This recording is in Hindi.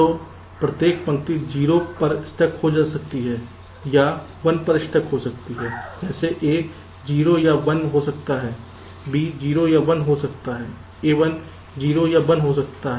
तो प्रत्येक पंक्ति 0 पर स्टक हो सकती है या 1 पर स्टक हो सकती है जैसे A 0 या 1 हो सकता है B 0 या 1 हो सकता है A1 0 या 1 हो सकता है